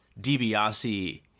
DiBiase